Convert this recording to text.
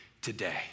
Today